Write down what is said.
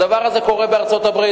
הדבר הזה קורה בארצות-הברית,